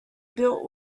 built